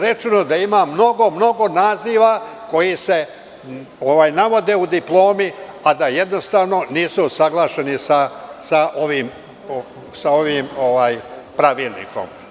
Rečeno je da ima mnogo, mnogo naziva koji se navode u diplomi, a da jednostavno nisu usaglašeni sa ovim pravilnikom.